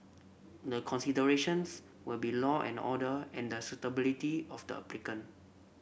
the considerations will be law and order and the suitability of the applicant